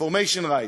information rights,